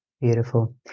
Beautiful